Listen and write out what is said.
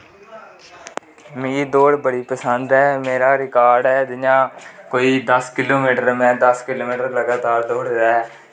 मिगी दौड़ बड़ी पसंद ऐ मेरा रिकार्ड़ ऐ जियां कोई दसकिलो मीटर कोई दस किलो माचर में लगातार दौड़े दा ऐं